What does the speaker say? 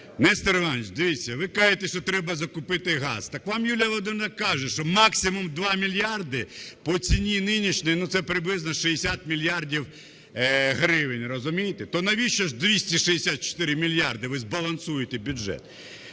Нестор Іванович, дивіться, ви кажете, що треба закупити газ. Так вам Юлія Володимирівна каже, що максимум 2 мільярди по ціні нинішній - це приблизно 60 мільярдів гривень, розумієте? То навіщо ж 264 мільярди? Ви збалансуєте бюджет.